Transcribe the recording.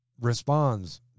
responds